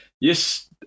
Yes